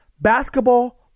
Basketball